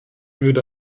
würde